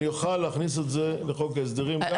אם היא תבטל את ההחלטה אני אוכל להכניס את זה לחוק ההסדרים כאן.